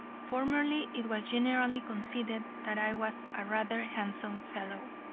formerly it was generally conceded that i was a rather handsome fellow.